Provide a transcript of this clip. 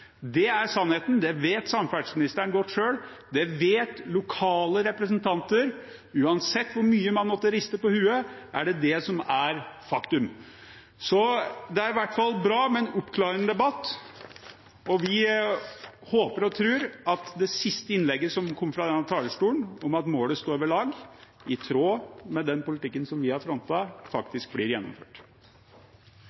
Det er sannheten. Det vet samferdselsministeren godt selv. Det vet lokale representanter. Uansett hvor mye man måtte riste på hodet, er det det som er faktum. Det er i hvert fall bra med en oppklarende debatt, og vi håper og tror at det som ble sagt i det siste innlegget fra denne talerstolen om at målet står ved lag, i tråd med den politikken som vi har